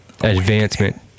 advancement